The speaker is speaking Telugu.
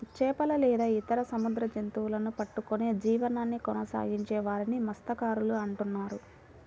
చేపలు లేదా ఇతర సముద్ర జంతువులను పట్టుకొని జీవనాన్ని కొనసాగించే వారిని మత్య్సకారులు అంటున్నారు